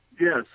Yes